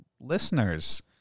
listeners